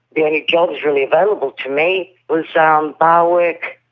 the only jobs really available to me was um bar work